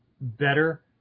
better